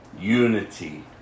Unity